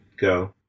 go